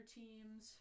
teams